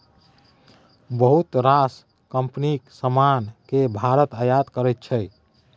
बहुत रास कंपनीक समान केँ भारत आयात करै छै